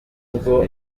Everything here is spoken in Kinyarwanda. ubwo